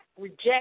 reject